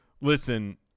listen